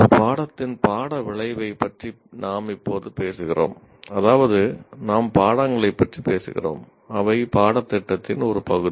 ஒரு பாடத்தின் பாட விளைவை பற்றி நாம் இப்போது பேசுகிறோம் அதாவது நாம் பாடங்களைப் பற்றி பேசுகிறோம் அவை பாடத்திட்டத்தின் ஒரு பகுதி